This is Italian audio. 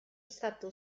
stato